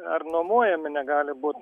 ar nuomojami negali būt